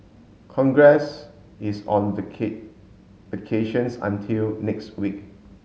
congress is on vacations until next week